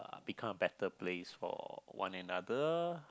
become a better place for one another